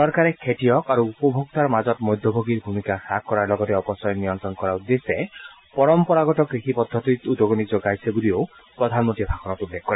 চৰকাৰে খেতিয়ক আৰু উপভেক্তাৰ মাজত মধ্যভোগীৰ ভ়মিকা হ্ৰাস কৰাৰ লগতে অপচয় নিয়ন্ত্ৰণ কৰাৰ উদ্দেশ্যে পৰম্পৰাগত কৃষি পদ্ধতিত উদগণি জনাইছে বুলি প্ৰধানমন্ত্ৰীয়ে ভাষণত উল্লেখ কৰে